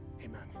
amen